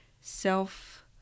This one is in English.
self